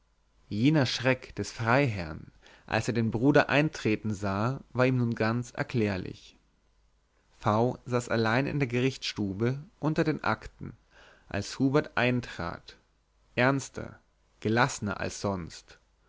jener schreck des freiherrn als er den bruder eintreten sah war ihm nun ganz erklärlich v saß allein in der gerichtsstube unter den akten als hubert eintrat ernster gelassener als sonst